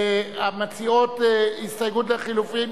המציעות הסתייגות לחלופין.